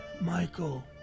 Michael